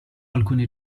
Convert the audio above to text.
alcuni